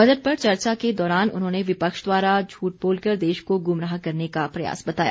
budget पर चर्चा के दौरान उन्होंने विपक्ष द्वारा झूठ बोलकर देश को गुमराह करने का प्रयास बताया